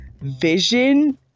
vision